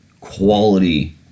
quality